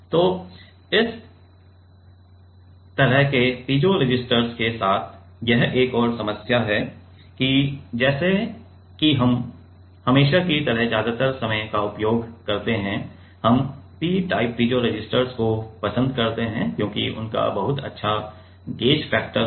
तो इस तरह के पीजो रेसिस्टर्स के साथ यह एक और समस्या है और जैसा कि हम हमेशा की तरह ज्यादातर समय पर उपयोग करते हैं हम P टाइप पीजो रेसिस्टर्स को पसंद करते हैं क्योंकि उनका बहुत अच्छा गेज फैक्टर होता है